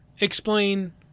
explain